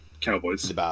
cowboys